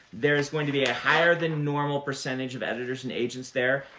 there is going to be a higher-than-normal percentage of editors and agents there,